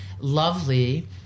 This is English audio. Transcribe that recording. lovely